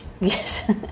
Yes